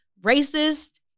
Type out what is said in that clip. racist